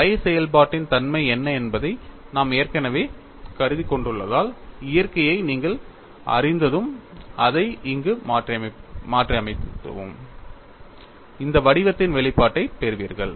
phi செயல்பாட்டின் தன்மை என்ன என்பதை நாம் ஏற்கனவே கருதிக் கொண்டுள்ளதால் இயற்கையை நீங்கள் அறிந்ததும் அதை இங்கு மாற்றியமைத்ததும் இந்த வடிவத்தின் வெளிப்பாட்டைப் பெறுவீர்கள்